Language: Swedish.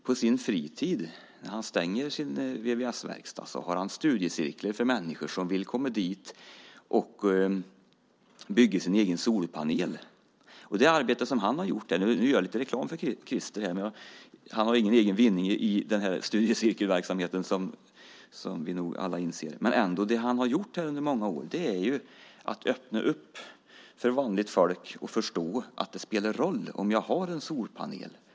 På sin fritid, när han har stängt sin VVS-verkstad, har han studiecirklar för människor som vill komma dit och bygga sin egen solpanel. Nu gör jag lite reklam för Christer, som förstås inte har någon egen vinning i den här studiecirkelverksamheten: Det arbete han har gjort under många år är att hjälpa vanligt folk att förstå att det spelar roll om man har en solpanel!